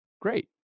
Great